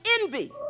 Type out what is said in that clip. envy